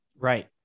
Right